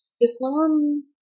Islam